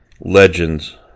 legends